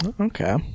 Okay